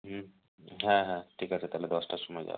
হুম হ্যাঁ হ্যাঁ ঠিক আছে তালে দশটার সময় যাবো